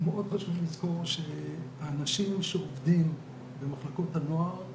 מאוד חשוב לזכור שהאנשים שעובדים במחלקות הנוער,